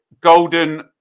Golden